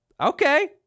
Okay